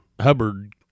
Hubbard